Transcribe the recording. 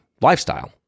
lifestyle